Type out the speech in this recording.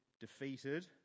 defeated